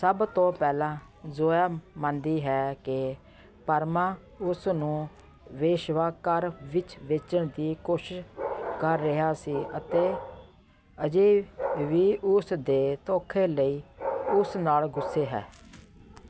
ਸਭ ਤੋਂ ਪਹਿਲਾਂ ਜ਼ੋਇਆ ਮੰਨਦੀ ਹੈ ਕਿ ਪਰਮਾ ਉਸ ਨੂੰ ਵੇਸ਼ਵਾ ਘਰ ਵਿਚ ਵੇਚਣ ਦੀ ਕੋਸ਼ਿਸ਼ ਕਰ ਰਿਹਾ ਸੀ ਅਤੇ ਅਜੇ ਵੀ ਉਸ ਦੇ ਧੋਖੇ ਲਈ ਉਸ ਨਾਲ ਗੁੱਸੇ ਹੈ